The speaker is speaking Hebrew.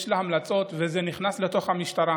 יש לה המלצות וזה נכנס לתוך המשטרה.